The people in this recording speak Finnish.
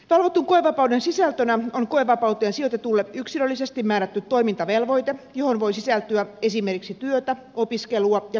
valvotun koevapauden sisältönä on koevapauteen sijoitetulle yksilöllisesti määrätty toimintavelvoite johon voi sisältyä esimerkiksi työtä opiskelua ja kuntoutusta